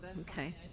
Okay